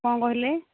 କ'ଣ କହିଲେ